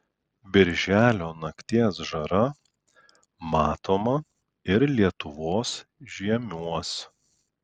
birželio nakties žara matoma ir lietuvos žiemiuos